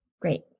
Great